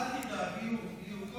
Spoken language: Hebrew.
אדוני היושב